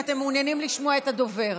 אם אתם מעוניינים לשמוע את הדובר.